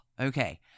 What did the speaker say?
Okay